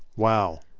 wow.